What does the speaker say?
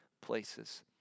places